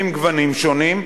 ועם גוונים שונים,